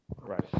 Right